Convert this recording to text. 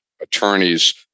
attorneys